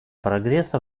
прогресса